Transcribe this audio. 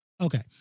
Okay